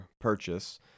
purchase